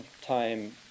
time